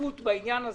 התרופפות בעניין הזה.